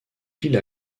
pile